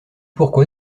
pourquoi